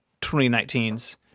2019's